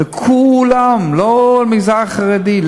לכולם, לא למגזר החרדי.